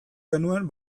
genuen